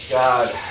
God